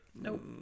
Nope